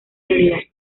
realidad